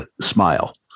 smile